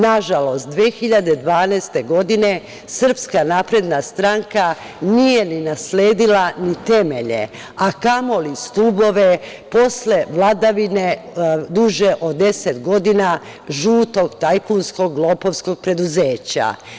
Nažalost, 2012. godine SNS nije ni nasledila ni temelje, a kamoli stubove posle vladavine duže od deset godina žutog tajkunskog, lopovskog preduzeća.